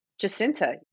Jacinta